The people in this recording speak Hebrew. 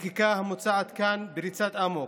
החקיקה המוצעת כאן בריצת אמוק,